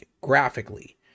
graphically